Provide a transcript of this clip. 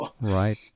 Right